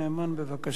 בבקשה.